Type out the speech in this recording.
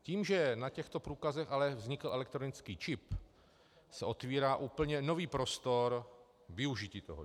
Tím, že na těchto průkazech ale vznikl elektronický čip, se otvírá úplně nový prostor využití toho čipu.